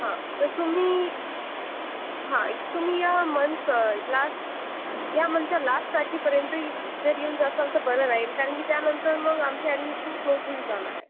हां तर तुम्ही हां एक तुम्ही या मंथचं लास या मंथच्या लास तारखेपर्यंत ये जर येऊन जासाल तर बरं राहील कारण की त्यानंतर मग आमच्या अॅडमिशन क्लोज होऊन जाणार आहे